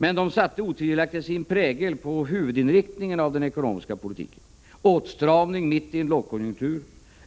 Men de satte otvivelaktigt sin prägel på huvudinriktningen av den ekonomiska politiken: åtstramning mitt i en lågkonjunktur,